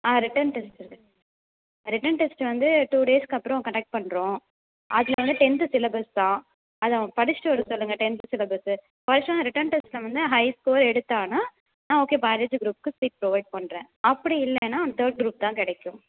ஆ return test இருக்கு return test வந்து two டேஸ்க்கு அப்புறம் கண்டெக்ட் பண்ணுறோம் அதில் வந்து டென்த்து சிலபஸ்தான் அதை அவன் படிசிட்டு வர சொல்லுங்கள் டென்த்து சிலபஸ்ஸு எதாச்சும் ரிட்டர்ன் டெஸ்ட்டில் வந்து ஹை ஸ்கோர் எடுத்தானா ஆ ஓகேப்பா க்ரூப்புக்கு சீட் ப்ரொவைட் பண்ணுறேன் அப்படி இல்லன்னா தேர்ட் க்ரூப்தான் கிடைக்கும்